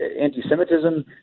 anti-Semitism